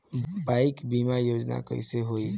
Bike बीमा योजना कैसे होई?